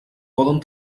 poden